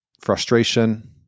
frustration